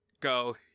go